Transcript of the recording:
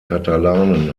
katalanen